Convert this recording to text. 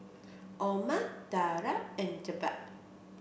Omar Dara and Jebat